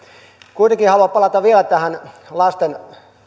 kuitenkin haluan palata vielä tähän lasten